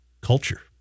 culture